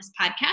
podcast